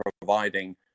providing